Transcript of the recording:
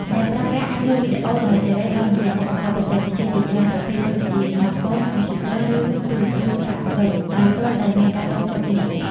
អ្នកប្រើប្រាស់អាចមើលវីដេអូដោយសេរីតាមរយៈឧបករណ៍បច្ចេកវិទ្យាជាច្រើនប្រភេទដូចជា ស្មាតហ្វូន កុំព្យូទ័រ ឬទូរទស្សន៍ឆ្លាតវៃ ដោយគ្រាន់តែមានការភ្ជាប់អុីនធឺណេត។